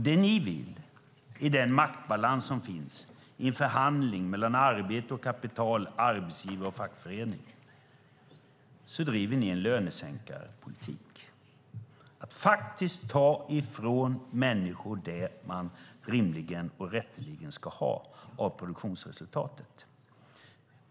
Det ni vill i den maktbalans som finns, i förhandling mellan arbete och kapital, arbetsgivare och fackförening, är att driva en lönesänkarpolitik, att faktiskt ta ifrån människor det de rimligen och rätteligen ska ha av produktionsresultatet.